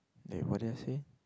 wait what did I say